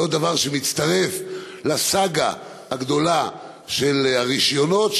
זה עוד דבר שמצטרף לסאגה הגדולה של הרישיונות,